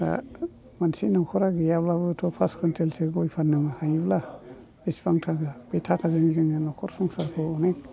दा मोनसे न'खरा गैयाब्लाबो फास कुइनटेलसो गाय फाननो हायोब्ला बेसेबां थाखा बे थाखाजोंनो जोङो न'खर संसाराव अनेख